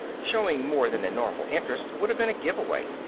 showing more than a normal interest would have been a giveaway.